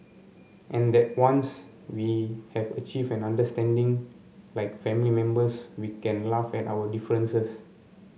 and that once we have achieved an understanding like family members we can laugh at our differences